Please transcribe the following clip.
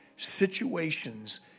situations